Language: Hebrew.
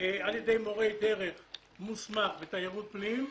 על ידי מורה דרך מוסמך בתיירות פנים,